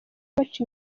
baca